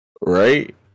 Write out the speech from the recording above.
Right